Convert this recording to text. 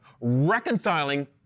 Reconciling